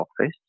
office